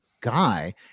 guy